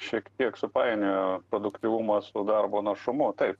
šiek tiek supainiojo produktyvumas darbo našumu taip